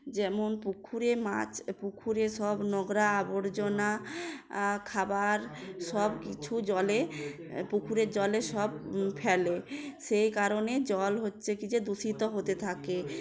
যেমন পুকুরে মাছ পুকুরে সব নোংরা আবর্জনা খাবার সব কিছু জলে পুকুরের জলে সব ফেলে সেই কারণে জল হচ্ছে কি যে দূষিত হতে থাকে